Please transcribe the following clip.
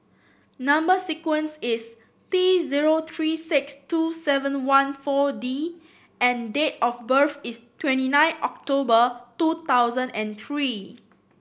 number sequence is T zero three six two seven one four D and date of birth is twenty nine October two thousand and three